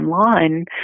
online